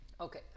Okay